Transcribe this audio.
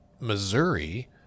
missouri